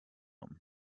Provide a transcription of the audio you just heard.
and